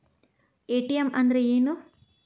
ATM ಅಂದ್ರ ಏನು?